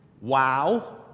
Wow